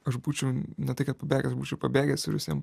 aš būčiau ne tai kad apibėgęs būčiau pabėgęs ir visiem